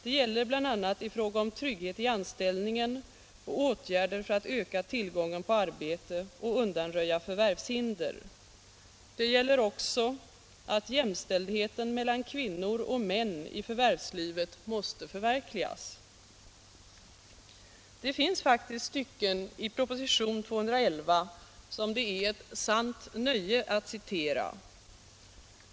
Det gäller bl.a. i fråga om trygghet i anställningen och åtgärder för att öka tillgången på arbete och undanröja förvärvshinder. Det gäller också att jämställdheten mellan kvinnor och män i förvärvslivet måste förverkligas. Det finns faktiskt stycken i propositionen 211 som det är ett sant nöje att citera.